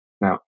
Now